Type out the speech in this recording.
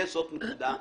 זו נקודה אחת.